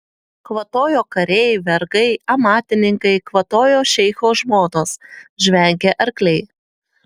kvatojo kariai vergai amatininkai kvatojo šeicho žmonos žvengė arkliai